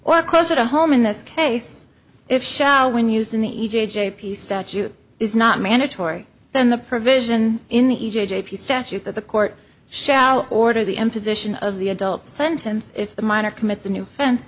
or closer to home in this case if shout when used in the e j j p statute is not mandatory then the provision in the e j p statute that the court shall order the imposition of the adult sentence if the minor commits a new fence